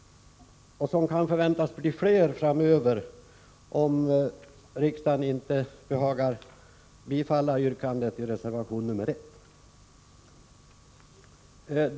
De kan förväntas bli fler framöver, om riksdagen inte behagar bifalla yrkandet i reservation 1.